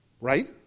Right